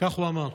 ככה הוא אמר.